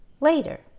later